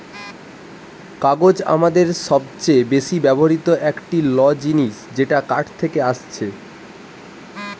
কাগজ আমাদের সবচে বেশি ব্যবহৃত একটা ল জিনিস যেটা কাঠ থেকে আসছে